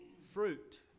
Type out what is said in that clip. fruit